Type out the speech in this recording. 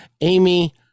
amy